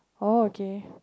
oh okay